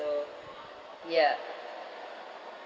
so ya